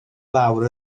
lawr